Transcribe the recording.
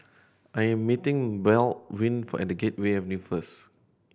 I am meeting Baldwin at Gateway Avenue first